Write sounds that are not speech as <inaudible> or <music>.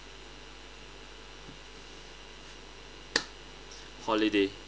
<noise> holiday